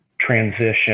transition